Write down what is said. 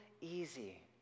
easy